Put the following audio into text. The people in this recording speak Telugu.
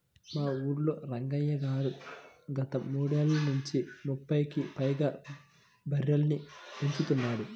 మా ఊల్లో రంగయ్య గారు గత మూడేళ్ళ నుంచి ముప్పైకి పైగా బర్రెలని పెంచుతున్నాడు